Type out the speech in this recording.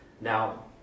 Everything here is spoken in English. Now